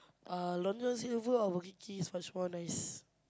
uh Long-John-Silver or Burger-King is much more nice